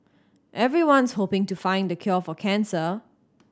everyone's hoping to find the cure for cancer